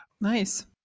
nice